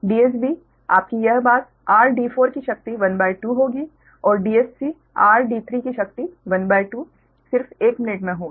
Dsb आपकी यह बात r d4 की शक्ति 12 होगी और Dsc r d3 की शक्ति 12 सिर्फ 1 मिनट में होगा